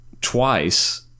Twice